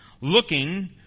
looking